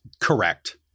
Correct